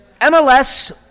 MLS